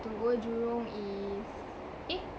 to go jurong is eh